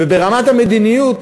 וברמת המדיניות